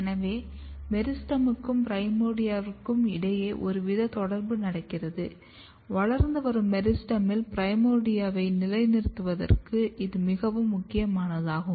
எனவே மெரிஸ்டெமுக்கும் பிரைமோர்டியாவிற்கும் இடையில் ஒருவித தொடர்பு நடக்கிறது வளர்ந்து வரும் மெரிஸ்டெமில் பிரைமோர்டியாவை நிலைநிறுத்துவதற்கு இது மிகவும் முக்கியமானதாகும்